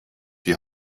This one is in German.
die